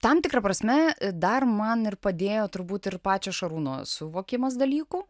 tam tikra prasme dar man ir padėjo turbūt ir pačio šarūno suvokimas dalykų